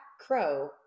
crow